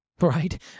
Right